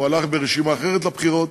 הוא הלך ברשימה אחרת לבחירות.